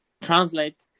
translate